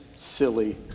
silly